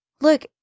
look